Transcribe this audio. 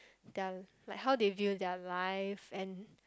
their like how they view their lives and